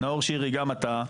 נאור שירי, גם אתה.